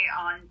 on